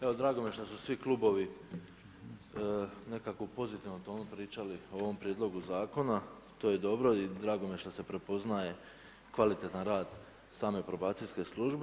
Evo drago mi je što su svi klubovi nekako u pozitivnom tonu pričali o ovom prijedlogu zakona, to je dobro i drago mi je što se prepoznaje kvalitetan rad same probacijske službe.